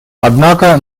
однако